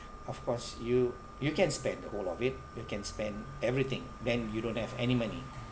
of course you you can spend the whole of it you can spend everything then you don't have any money